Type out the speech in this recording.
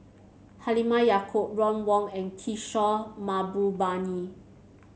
Halimah Yacob Ron Wong and Kishore Mahbubani